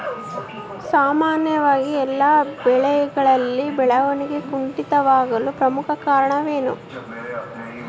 ಸಾಮಾನ್ಯವಾಗಿ ಎಲ್ಲ ಬೆಳೆಗಳಲ್ಲಿ ಬೆಳವಣಿಗೆ ಕುಂಠಿತವಾಗಲು ಪ್ರಮುಖ ಕಾರಣವೇನು?